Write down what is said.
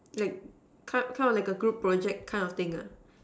like kind kind of like a group project kind of thing ah